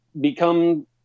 become